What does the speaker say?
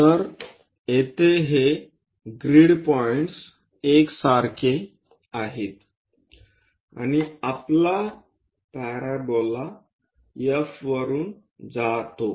तर येथे हे ग्रिड पॉइंट्स एकसारखे आहेत आणि आपला पॅराबोला F वरुन जातो